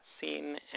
seen